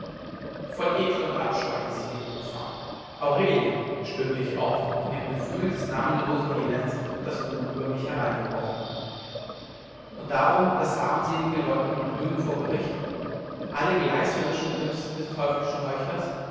voll ekel und abscheu ließ ich den krug fahren aurelie stöhnte ich auf in dem gefühl des namenlosen elends das nun über mich hereingebrochen und darum das armselige leugnen und lügen vor gericht alle gleißnerischen künste des teuflischen heuchlers